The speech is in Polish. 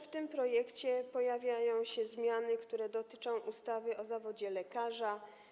W tym projekcie pojawiają się również zmiany, które dotyczą ustawy o zawodzie lekarza.